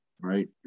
right